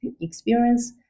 experience